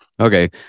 Okay